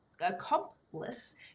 accomplice